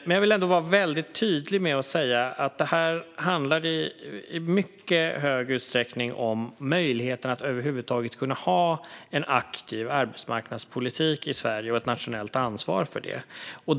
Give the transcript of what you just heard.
Men jag vill ändå vara väldigt tydlig med att säga att det här i mycket stor utsträckning handlar om möjligheten att över huvud taget kunna ha en aktiv arbetsmarknadspolitik i Sverige och ett nationellt ansvar för den.